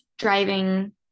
driving